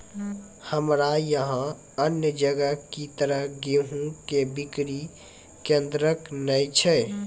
हमरा यहाँ अन्य जगह की तरह गेहूँ के बिक्री केन्द्रऽक नैय छैय?